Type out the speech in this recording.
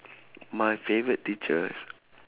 my favourite teacher